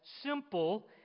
simple